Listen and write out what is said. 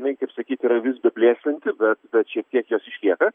jinai kaip sakyt yra vis be blėstanti bet bet šiek tiek jos išlieka